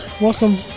welcome